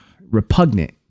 repugnant